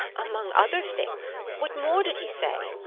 among other things? what more did he say?